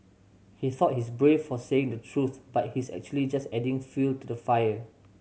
he thought he's brave for saying the truth but he's actually just adding fuel to the fire